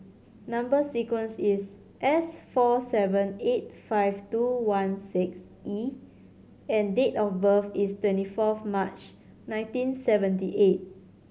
number sequence is S four seven eight five two one six E and date of birth is twenty four of March nineteen seventy eight